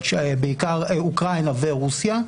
אבל בעיקר אוקראינה ורוסיה,